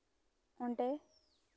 ᱚᱰᱮᱸ